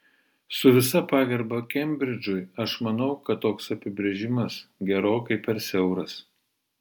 su visa pagarba kembridžui aš manau kad toks apibrėžimas gerokai per siauras